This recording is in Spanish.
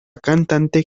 cantante